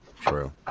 True